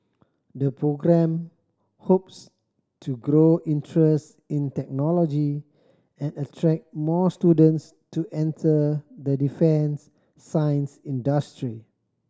the programme hopes to grow interest in technology and attract more students to enter the defence science industry